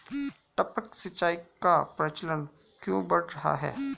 टपक सिंचाई का प्रचलन क्यों बढ़ रहा है?